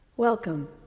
Welcome